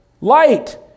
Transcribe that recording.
light